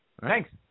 Thanks